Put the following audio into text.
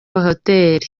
hotel